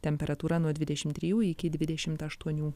temperatūra nuo dvidešim trijų iki dvidešim aštuonių